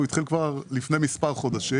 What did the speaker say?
הוא התחיל כבר לפני מספר חודשים.